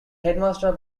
headmaster